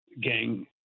gang